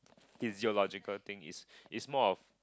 physiological thing is is more of